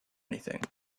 anything